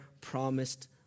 promised